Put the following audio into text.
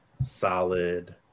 solid –